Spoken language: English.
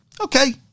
Okay